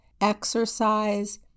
exercise